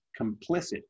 complicit